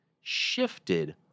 shifted